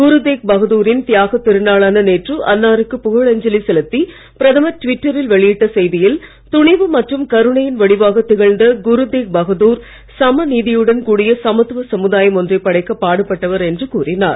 குரு தேக் பகதூரின் தியாகத் திருநாளான நேற்று அன்னாருக்கு புகழஞ்சலி செலுத்தி பிரதமர் ட்விட்டரில் வெளியிட்ட செய்தியில் துணிவு மற்றும் கருணையின் வடிவாக திகழ்ந்த குரு தேக் பகதூர் சமநீதியுடன் கூடிய சமத்துவ சமுதாயம் ஒன்றை படைக்க பாடுபட்டவர் என்று கூறினார்